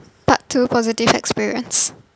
part two positive experience